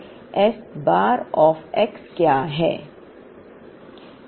s bar of x क्या है